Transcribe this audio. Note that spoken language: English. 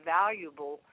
valuable